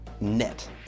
net